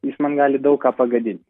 jis man gali daug ką pagadinti